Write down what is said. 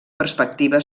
perspectiva